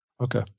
Okay